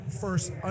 First